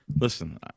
listen